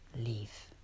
Leave